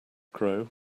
grow